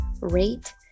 rate